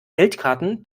geldkarten